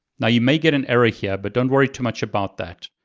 now, you may get an error here, but don't worry too much about that.